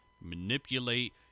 manipulate